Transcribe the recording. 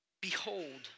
behold